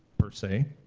per se.